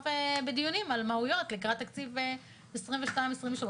בדיונים על מהויות לקראת תקציב 2022 2023,